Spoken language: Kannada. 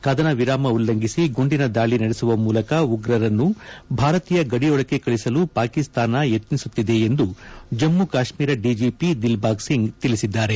ಕದನ ವಿರಾಮ ಉಲ್ಲಂಘಿಸಿ ಗುಂಡಿನ ದಾಳಿ ನಡೆಸುವ ಮೂಲಕ ಉಗ್ರರನ್ನು ಭಾರತೀಯ ಗಡಿಯೊಳಕ್ಕೆ ಕಳಿಸಲು ಪಾಕಿಸ್ತಾನ ಯತ್ತಿಸುತ್ತಿದೆ ಎಂದು ಜಮ್ಮು ಕಾಶ್ಮೀರ ಡಿಜಿಪಿ ದಿಲ್ಲಾಗ್ ಸಿಂಗ್ ತಿಳಿಸಿದ್ದಾರೆ